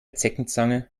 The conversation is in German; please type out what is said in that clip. zeckenzange